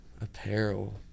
Apparel